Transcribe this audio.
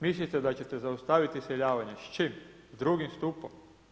Mislite da ćete zaustaviti iseljavanje, s čime, drugim stupom?